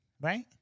right